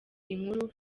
inkuru